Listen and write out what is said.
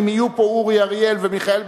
אם יהיו פה אורי אריאל ומיכאל בן-ארי,